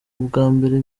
ubwambere